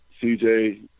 CJ